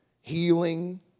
Healing